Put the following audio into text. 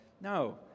No